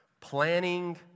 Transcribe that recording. planning